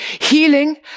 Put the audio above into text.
healing